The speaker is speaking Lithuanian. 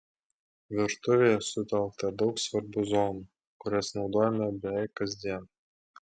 virtuvėje sutelkta daug svarbių zonų kurias naudojame beveik kasdien